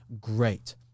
great